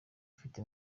ufite